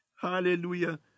hallelujah